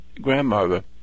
grandmother